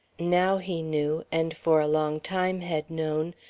now he knew, and for a long time had known,